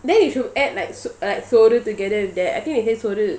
then you should add like so like சோறு:soru together with that I think they say சோறு